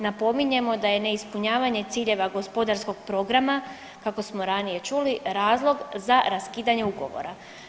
Napominjemo da je neispunjavanje ciljeva gospodarskog programa, kako smo ranije čuli, razlog za raskidanje ugovora.